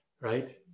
right